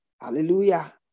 Hallelujah